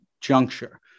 juncture